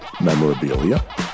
memorabilia